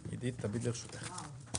הישיבה ננעלה בשעה 13:51.